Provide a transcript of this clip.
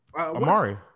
Amari